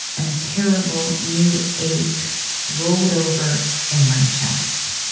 and a terrible new ache rolled over in my chest,